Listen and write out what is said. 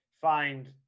find